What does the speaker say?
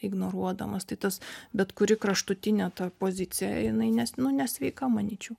ignoruodamas tai tas bet kuri kraštutinė ta pozicija jinai nes nu nesveika manyčiau